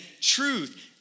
truth